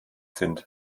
sind